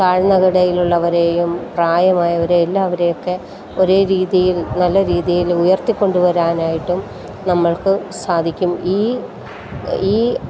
താഴ്ന്ന ഇടയിലുള്ളവരെയും പ്രായമായവരെയും എല്ലാവരെയുമൊക്കെ ഒരേ രീതിയിൽ നല്ല രീതിയിൽ ഉയർത്തിക്കൊണ്ട് വരാനായിട്ടും നമ്മൾക്ക് സാധിക്കും ഈ ഈ